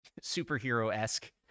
superhero-esque